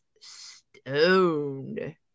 stoned